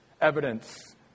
evidence